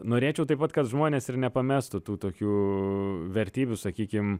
norėčiau taip pat kad žmonės ir nepamestų tų tokių vertybių sakykim